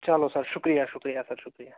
چلو سَر شُکریہِ شُکریہِ سَر شُکریہِ